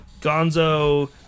Gonzo-